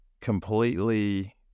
completely